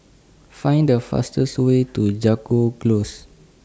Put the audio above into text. Find The fastest Way to Jago Close